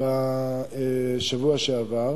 בשבוע שעבר,